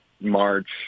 March